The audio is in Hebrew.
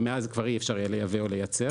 ומאז כבר אי-אפשר יהיה לייבא או לייצר.